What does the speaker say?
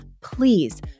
please